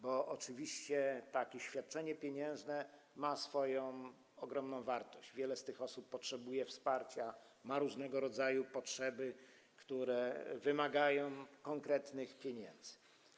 Bo oczywiście takie świadczenie pieniężne ma swoją ogromną wartość, wiele z tych osób potrzebuje wsparcia, ma różnego rodzaju potrzeby, które wymagają konkretnych pieniędzy.